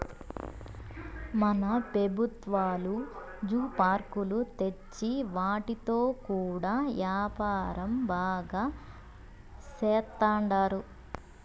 మన పెబుత్వాలు జూ పార్కులు తెచ్చి వాటితో కూడా యాపారం బాగా సేత్తండారు